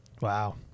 Wow